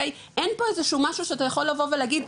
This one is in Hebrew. אין פה איזשהו משהו שאתה יכול לבוא ולהגיד,